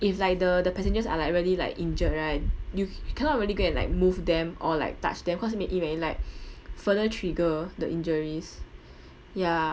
if like the the passengers are like really like injured right you you cannot really go and like move them or like touch them cause you may it may like further trigger the injuries ya